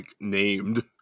named